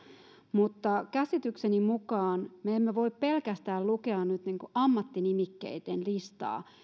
mutta käsitykseni mukaan me emme voi pelkästään lukea nyt ammattinimikkeitten listaa